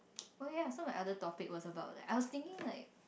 oh yeah so my other topic was about like I was thinking like